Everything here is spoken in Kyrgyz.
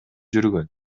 жүргөн